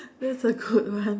that is a good one